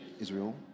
Israel